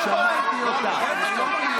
שמעתי אותך.